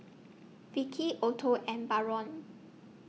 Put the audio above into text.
Vickie Otto and Barron